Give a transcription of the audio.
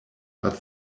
but